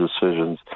decisions